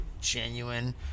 genuine